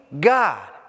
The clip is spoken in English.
God